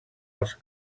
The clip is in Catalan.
els